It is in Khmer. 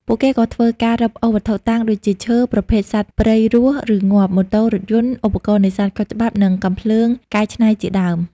ពួកគេក៏ធ្វើការ រឹបអូសវត្ថុតាង ដូចជាឈើ ប្រភេទសត្វព្រៃរស់ ឬងាប់ ម៉ូតូ រថយន្ត ឧបករណ៍នេសាទខុសច្បាប់ និងកាំភ្លើងកែច្នៃជាដើម។